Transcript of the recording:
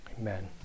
Amen